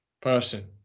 person